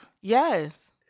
Yes